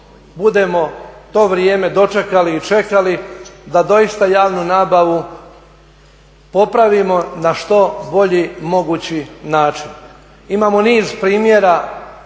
budemo to vrijeme dočekali i čekali, da doista javnu nabavu popravimo na što bolji mogući način. Imamo niz primjera